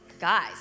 Guys